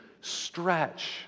stretch